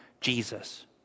Jesus